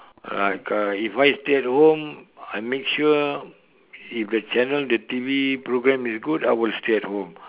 like uh if I stay at home I make sure if the channel the T_V programme is good I will stay at home